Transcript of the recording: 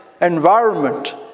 environment